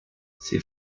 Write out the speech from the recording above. ces